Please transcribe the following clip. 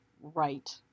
right